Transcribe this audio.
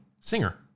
singer